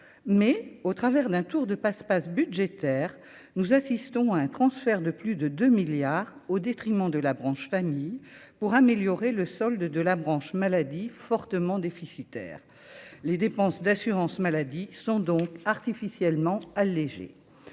mais au travers d'un tour de passe-passe budgétaire : nous assistons à un transfert de plus de 2 milliards au détriment de la branche famille pour améliorer le solde de la branche maladie fortement déficitaire, les dépenses d'assurance-maladie sont donc artificiellement allégées,